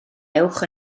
ewch